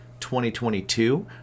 2022